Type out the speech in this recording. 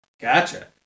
Gotcha